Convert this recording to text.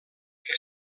que